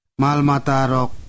malmatarok